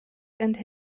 and